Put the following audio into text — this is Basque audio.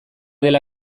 dela